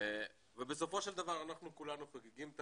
בסופו של דבר כולנו חוגגים את